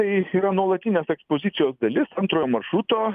tai jis yra nuolatinės ekspozicijos dalis antrojo maršruto